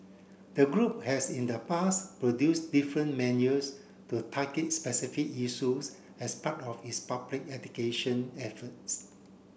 the group has in the past produced different manuals to target specific issues as part of its public education efforts